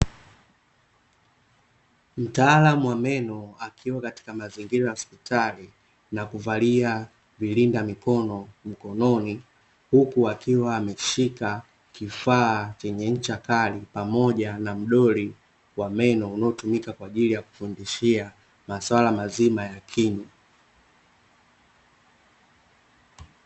Mtaalmu wa meno akiwa katika mazingira ya hospitali na kuvalia vilinda mikono mikononi huku akiwa ameshika kifaa chenye ncha kali, pamoja na mdoli wa meno unaotumika kwaajili ya kufundishia maswala mazima ya kinywa.